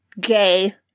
GAY